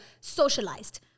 socialized